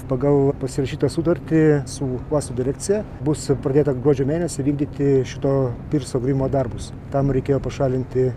pagal pasirašytą sutartį su uosto direkcija bus pradėta gruodžio mėnesį vykdyti šito pirso grimo darbus tam reikėjo pašalinti